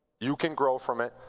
you can grow from it.